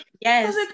yes